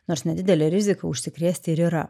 nors nedidelė rizika užsikrėsti ir yra